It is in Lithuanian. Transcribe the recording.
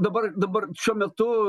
dabar dabar šiuo metu